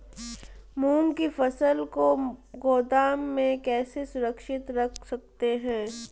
मूंग की फसल को गोदाम में कैसे सुरक्षित रख सकते हैं?